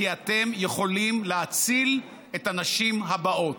כי אתם יכולים להציל את הנשים הבאות.